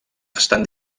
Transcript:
estan